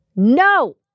No